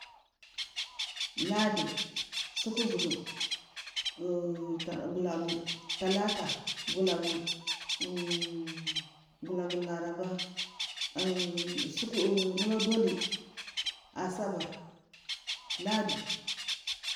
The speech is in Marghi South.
Ladu, suku uzugu, ugulagu, tala ta gulag, u u gulagu laraba, u suku gorodoli, asabar, ladu.